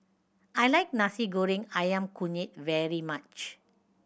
I like Nasi Goreng Ayam Kunyit very much